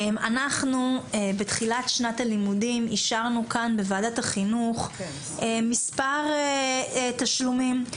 אנחנו בתחילת שנת הלימודים אישרנו כאן בוועדת החינוך מספר תשלומים,